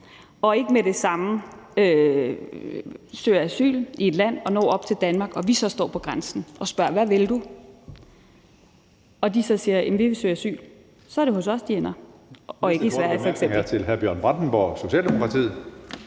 og ikke med det samme søger asyl i et land og når op til Danmark, og vi så står ved grænsen og spørger, hvad de vil, og de så siger, at de vil søge asyl, så er det hos os, de ender, og ikke i f.eks.